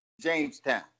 Jamestown